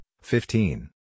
fifteen